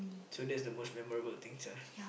so that's the most memorable things ah